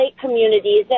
communities